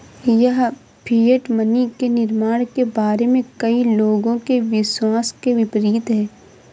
यह fiat money के निर्माण के बारे में कई लोगों के विश्वास के विपरीत है